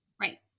Right